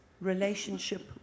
relationship